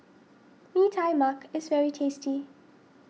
Mee Tai Mak is very tasty